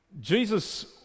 Jesus